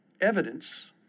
Evidence